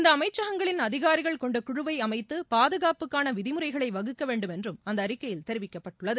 இந்த அமைச்சகங்களின் அதிகாரிகள் கொண்ட குழுவை அமைத்து பாதுகாப்புக்கான விதிமுறைகளை வகுக்க வேண்டும் என்றும் அந்த அறிக்கையில் தெரிவிக்கப்பட்டுள்ளது